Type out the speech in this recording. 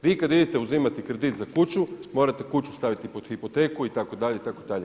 Vi kad idete uzimati kredit za kuću morate kuću staviti pod hipoteku itd. itd.